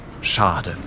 Schade